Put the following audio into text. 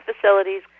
facilities